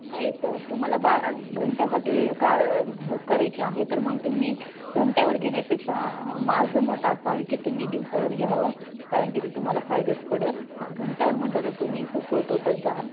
नाही सर तुम्हाला बारा घंट्यासाठी कार बुक करायची आहे तर मग तुम्ही घंट्यावर घेण्यापेक्षा माझं मत असं आहे की तुम्ही दिवसावर घ्यावं कारण की ते तुम्हाला फायद्यात पडेल हं घंट्यावर म्हटलं तर तुम्ही खूप तोट्यात जाल